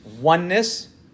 oneness